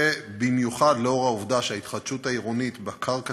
ובמיוחד בשל העובדה שההתחדשות העירונית בקרקע